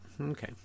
Okay